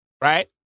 Right